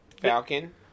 Falcon